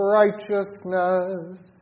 righteousness